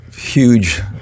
huge